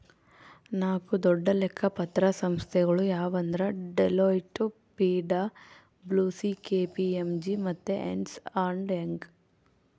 ನಾಕು ದೊಡ್ಡ ಲೆಕ್ಕ ಪತ್ರ ಸಂಸ್ಥೆಗುಳು ಯಾವಂದ್ರ ಡೆಲೋಯ್ಟ್, ಪಿ.ಡಬ್ಲೂ.ಸಿ.ಕೆ.ಪಿ.ಎಮ್.ಜಿ ಮತ್ತೆ ಎರ್ನ್ಸ್ ಅಂಡ್ ಯಂಗ್